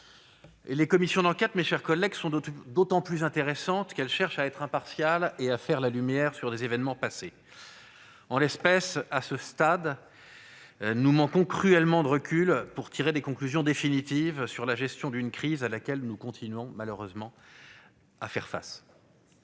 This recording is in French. Les commissions d'enquête sont d'autant plus intéressantes qu'elles cherchent à être impartiales et à faire la lumière sur des événements passés. À ce stade, nous manquons cruellement de recul pour tirer des conclusions définitives sur la gestion d'une crise à laquelle nous continuons malheureusement de faire face.